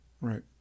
Right